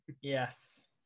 Yes